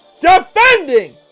defending